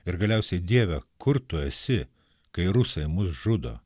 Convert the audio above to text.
ir galiausiai dieve kur tu esi kai rusai mus žudo